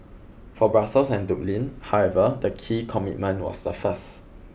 for Brussels and Dublin however the key commitment was the first